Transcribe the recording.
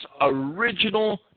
original